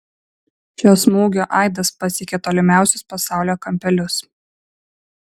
šio smūgio aidas pasiekė tolimiausius pasaulio kampelius